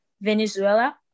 venezuela